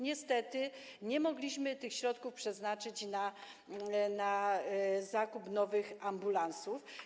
Niestety nie mogliśmy tych środków przeznaczyć na zakup nowych ambulansów.